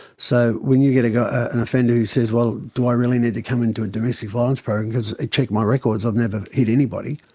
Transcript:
so when you get get an offender who says, well, do i really need to come into a domestic violence program, because check my records, i've never hit anybody